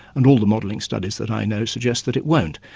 and all the modelling studies that i know suggest that it won't.